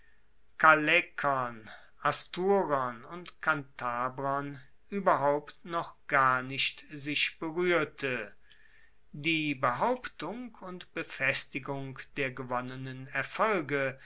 callaekern asturern und kantabrern ueberhaupt noch gar nicht sich beruehrte die behauptung und befestigung der gewonnenen erfolge